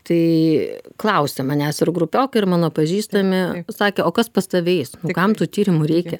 tai klausė manęs ir grupiokai ir mano pažįstami sakė o kas pas tave eis o kam tų tyrimų reikia